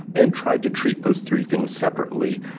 and try to treat those three things separately,